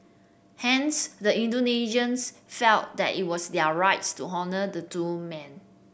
hence the Indonesians felt that it was their rights to honour the two men